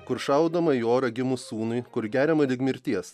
kur šaudoma į orą gimus sūnui kur geriama mirties